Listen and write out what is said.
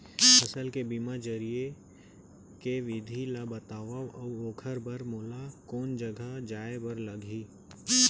फसल के बीमा जरिए के विधि ला बतावव अऊ ओखर बर मोला कोन जगह जाए बर लागही?